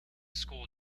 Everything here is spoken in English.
school